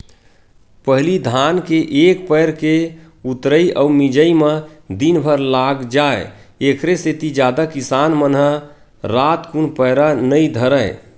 पहिली धान के एक पैर के ऊतरई अउ मिजई म दिनभर लाग जाय ऐखरे सेती जादा किसान मन ह रातकुन पैरा नई धरय